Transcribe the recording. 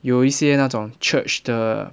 有一些那种 church 的